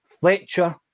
Fletcher